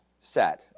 set